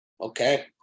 okay